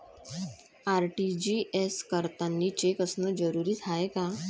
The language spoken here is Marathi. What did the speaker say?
आर.टी.जी.एस करतांनी चेक असनं जरुरीच हाय का?